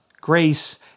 Grace